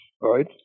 right